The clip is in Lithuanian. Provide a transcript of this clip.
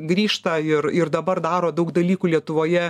grįžta ir ir dabar daro daug dalykų lietuvoje